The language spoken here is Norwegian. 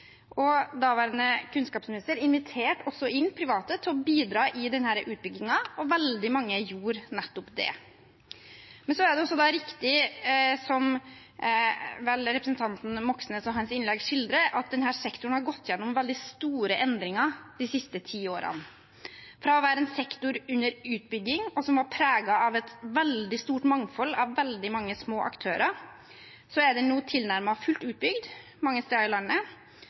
Daværende kunnskapsminister inviterte også inn private til å bidra i denne utbyggingen, og veldig mange gjorde nettopp det. Men det er også riktig, som vel representanten Moxnes og hans innlegg skildrer, at denne sektoren har gått gjennom veldig store endringer de siste ti årene. Fra å være en sektor under utbygging og preget av et veldig stort mangfold av veldig mange små aktører er den nå tilnærmet fullt utbygd mange steder i landet.